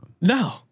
No